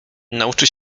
nauczy